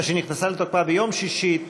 שנכנסה לתוקפה ביום שישי,